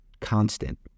constant